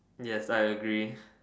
yes I agree